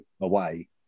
away